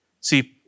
See